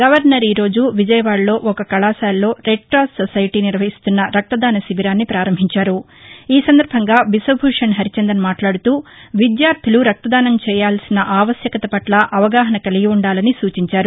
governor ఈ రోజు విజయవాదలో ఒక కళాశాలలో రెడ్కాస్ సొసైటీ నిర్వాహిస్తున్న రక్తదాన శిబిరాన్ని ప్రారంభిం ఈ సందర్భంగా బిశ్వభూషణ్ మాట్లాదుతూ విద్యార్దులు రక్తదానం చేయాల్సిన ఆవశ్వకత పట్ల అవగాహన కలిగి ఉండాలని సూచించారు